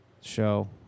show